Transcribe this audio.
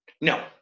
No